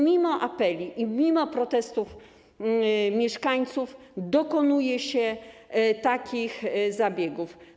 Mimo apeli, mimo protestów mieszkańców dokonuje się takich zabiegów.